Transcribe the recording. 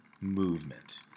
movement